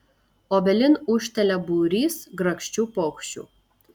obelin ūžtelia būrys grakščių paukščių